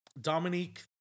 Dominique